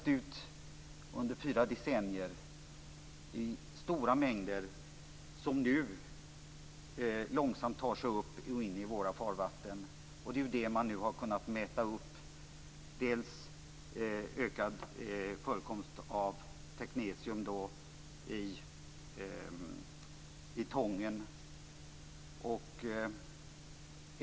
Man har under fyra decennier släppt ut stora mängder, som nu långsamt tar sig upp och in i våra farvatten. Det är det man har kunnat mäta upp. Det är bl.a. ökad förekomst av teknetium i tången.